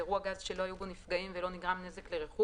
באירוע גז שלא היו בו נפגעים ולא נגרם נזק לרכוש,